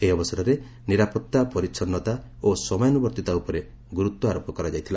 ଏହି ଅବସରରେ ନିରାପତ୍ତା ପରିଚ୍ଛନ୍ନତା ଓ ସମୟାନୁବର୍ତ୍ତିତା ଉପରେ ଗୁରୁତ୍ୱାରୋପ କରାଯାଇଥିଲା